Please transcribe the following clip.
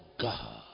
god